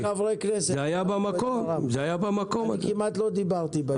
אני כמעט ולא דיברתי בדיון הזה.